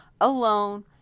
alone